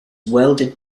welded